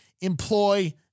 employ